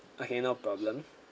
okay no problem